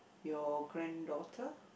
your grand-daughter